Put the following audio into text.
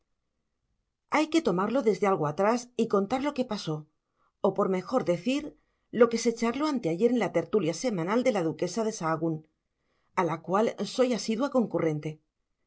hay que tomarlo desde algo atrás y contar lo que pasó o por mejor decir lo que se charló anteayer en la tertulia semanal de la duquesa de sahagún a la cual soy asidua concurrente